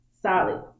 solid